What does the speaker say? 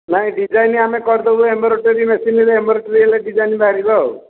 ନାହିଁ ଡିଜାଇନ୍ ଆମେ କରିଦେବୁ ଏମ୍ବ୍ରୋଡ଼େରୀ ମେଶିନ୍ରେ ଏମ୍ବ୍ରୋଡ଼େରୀ ହେଲେ ଡିଜାଇନ୍ ବାହାରିବ ଆଉ